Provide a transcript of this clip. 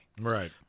Right